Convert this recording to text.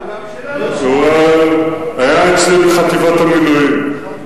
היה אצלי בחטיבת המילואים.